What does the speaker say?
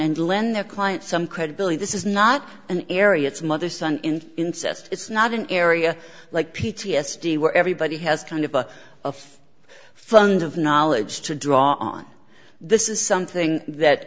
and lend their client some credibility this is not an area it's mother son in incest it's not an area like p t s d where everybody has kind of a of fund of knowledge to draw on this is something that